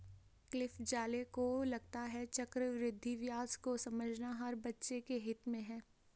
Cliff Zale को लगता है चक्रवृद्धि ब्याज को समझना हर बच्चे के हित में है